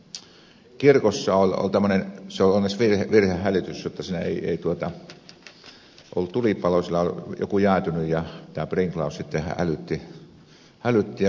se oli onneksi virhehälytys jotta siinä ei ollut tulipaloa kirkossa oli joku jäätynyt ja tämä sprinklaus hälytti ja vpk lähti liikenteeseen